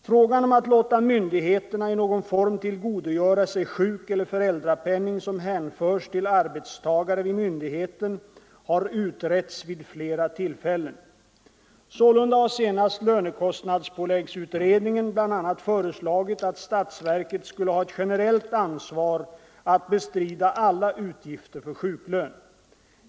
Frågan om att låta myndigheterna i någon form tillgodogöra sig sjukeller föräldrapenning, som hänförs till arbetstagare vid myndigheten, har utretts vid flera tillfällen. Sålunda har senast lönekostnadspåläggsutredningen bl. a, föreslagit att statsverket skulle ha ett generellt ansvar att bestrida alla utgifter för sjuklön.